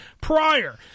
prior